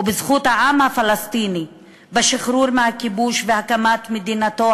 ובזכות העם הפלסטיני לשחרור מהכיבוש ולהקמת מדינתו